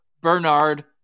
Bernard